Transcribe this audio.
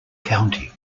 county